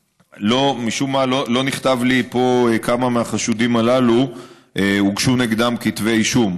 משום מה לא נכתב לי פה כמה מהחשודים הללו הוגשו נגדם כתבי אישום.